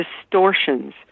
distortions